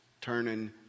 turning